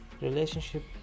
relationship